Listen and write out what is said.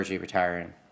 retiring